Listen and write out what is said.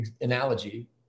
analogy